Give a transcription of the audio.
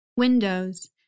Windows